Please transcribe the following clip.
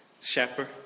shepherd